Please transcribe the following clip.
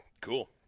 Cool